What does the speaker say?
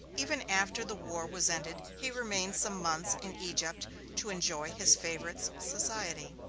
even after the war was ended he remained some months in egypt to enjoy his favorite's society.